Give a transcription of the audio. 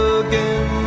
again